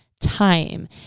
time